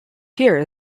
here